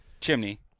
chimney